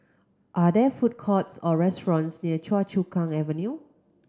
are there food courts or restaurants near Choa Chu Kang Avenue